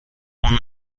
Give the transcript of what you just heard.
اون